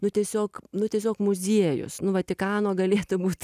nu tiesiog nu tiesiog muziejus nu vatikano galėtų būt